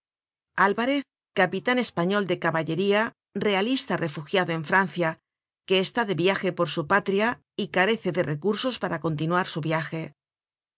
alvarez capitan español de caballe ría realista refugiado en francia que esta de biaje para su patria y carece de recursos para continuar su biaje